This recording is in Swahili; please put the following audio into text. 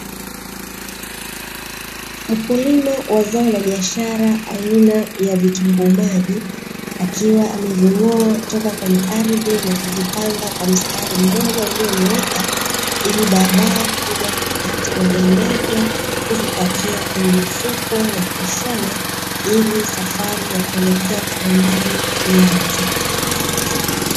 Mkulima wa zao la biashara aina ya vitunguu maji, akiwa ameving’oa toka kwenye ardhi na kuvipanga kwa msitari mmoja ulionyooka ili baadae kuja kukata majani yake kuvipakia kwenye mifuko na kuishona ili safari ya kuelekea kiwandani.